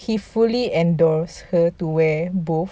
he fully endorsed her to wear both